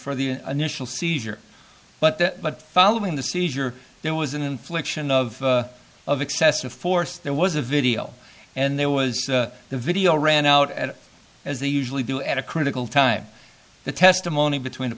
for the initial seizure but following the seizure there was an infliction of of excessive force there was a video and there was the video ran out and as they usually do at a critical time the testimony between the